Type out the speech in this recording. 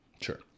Sure